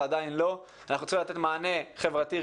עדיין לא: אנחנו צריכים לתת מענה חברתי-רגשי,